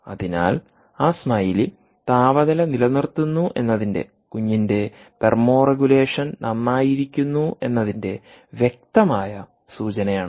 അതിനാൽആ സ്മൈലി താപനില നിലനിർത്തുന്നുവെന്നതിന്റെ കുഞ്ഞിന്റെ തെർമോറഗുലേഷൻ നന്നായിരിക്കുന്നു എന്നതിന്റെ വ്യക്തമായ സൂചനയാണ്